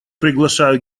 приглашаю